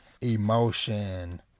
emotion